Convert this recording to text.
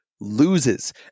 loses